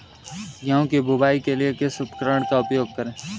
गेहूँ की बुवाई के लिए किस उपकरण का उपयोग करें?